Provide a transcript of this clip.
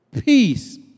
peace